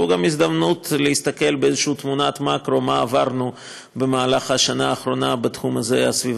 השותפות שלי להצעת החוק הזאת.